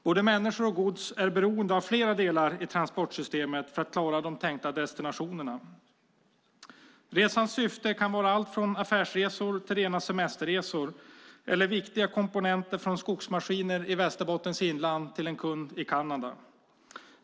Både människor och gods är beroende av flera delar i transportsystemet för att man ska klara de tänkta destinationerna. Resans syfte kan vara allt från affärsresor till rena semesterresor eller att forsla viktiga komponenter till skogsmaskiner från Västerbottens inland till en kund i Kanada.